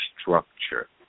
structure